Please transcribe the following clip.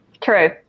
true